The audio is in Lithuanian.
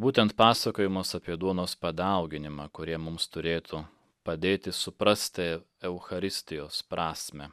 būtent pasakojimas apie duonos padauginimą kurie mums turėtų padėti suprasti eucharistijos prasmę